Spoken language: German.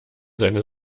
seine